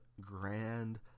grand